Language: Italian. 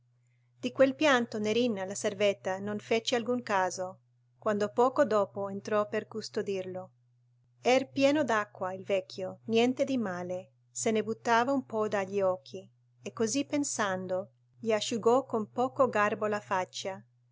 di quel pianto nerina la servetta non fece alcun caso quando poco dopo entrò per custodirlo era pieno d'acqua il vecchio niente di male se ne buttava un po dagli occhi e così pensando gli asciugò con poco garbo la faccia